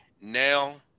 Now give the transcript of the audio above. Now